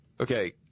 Okay